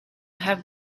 have